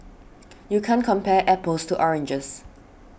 you can't compare apples to oranges